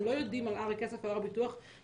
הם לא יודעים על הר הכסף או הר הביטוח באופן